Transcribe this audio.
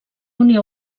unió